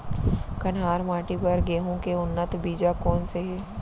कन्हार माटी बर गेहूँ के उन्नत बीजा कोन से हे?